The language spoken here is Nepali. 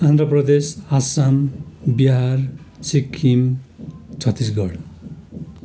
आन्ध्र प्रदेश आस्साम बिहार सिक्किम छत्तिसगढ